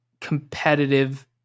competitive